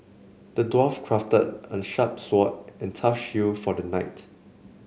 the dwarf crafted a sharp sword and a tough shield for the knight